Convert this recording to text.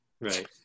right